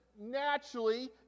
naturally